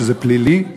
שזה פלילי?